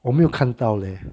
我没有看到咧